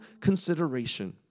consideration